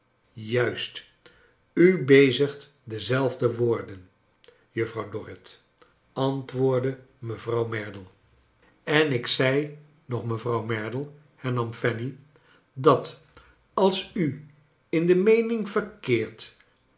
juist u bezigdet dezelfde woorden juffrouw dorrit antwoordde mevrouw merdle en ik zei nog mevrouw merdle hernam fanny dat als u in de meening verkeerdet